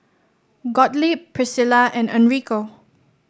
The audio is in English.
Gottlieb Priscilla and Enrico